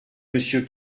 monsieur